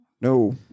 No